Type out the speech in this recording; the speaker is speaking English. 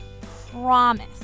promise